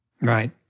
Right